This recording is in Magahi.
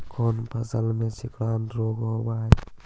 कोन फ़सल में सिकुड़न रोग होब है?